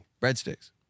Breadsticks